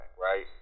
right